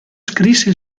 scrisse